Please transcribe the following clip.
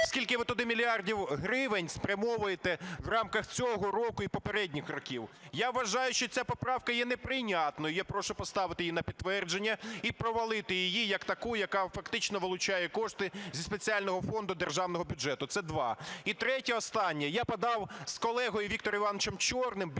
Скільки ви туди мільярдів гривень спрямовуєте в рамках цього року і попередніх років? Я вважаю, що ця поправка є неприйнятною. Я прошу поставити її на підтвердження і провалити її як таку, яка фактично вилучає кошти зі спеціального фонду державного бюджету. Це два. І третє, останнє. Я подав з колегою Віктором Івановичем Чорним більше